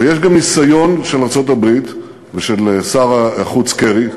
ויש גם ניסיון של ארצות-הברית ושל שר החוץ קרי,